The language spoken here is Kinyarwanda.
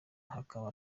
hakaba